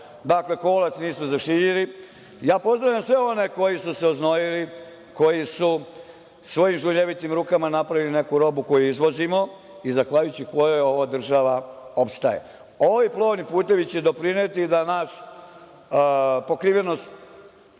Dakle, kolac nisu zašiljili. Ja pozdravljam sve one koji su se oznojili, koji su svojim znojevitim rukama napravili neku robu koju izvozimo i zahvaljujući kojoj je ova država opstala. Ovi plovni putevi će doprineti da naša pokrivenost